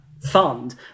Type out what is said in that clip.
fund